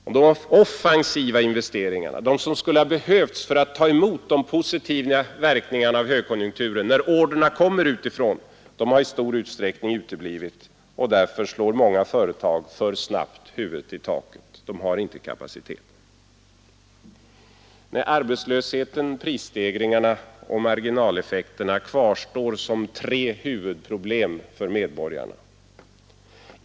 Och de offensiva investeringarna, som skulle ha behövts för att ta emot de positiva verkningarna av högkonjunkturen när orderna kommer utifrån, har i stor utsträckning uteblivit, och därför slår många företag för snabbt huvudet i taket; de har inte kapacitet Arbetslösheten, prisstegringarna och marginaleffekterna kvarstår som tre huvudproblem för medborgarna.